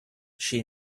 she